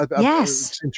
Yes